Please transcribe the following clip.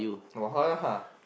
about her lah